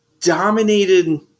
dominated